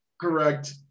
Correct